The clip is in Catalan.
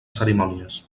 cerimònies